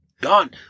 Gone